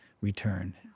return